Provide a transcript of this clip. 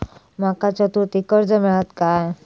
माका चतुर्थीक कर्ज मेळात काय?